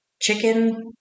chicken